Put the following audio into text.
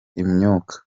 imyuka